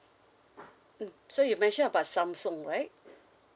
mm so you mentioned about samsung right